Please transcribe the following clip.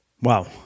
Wow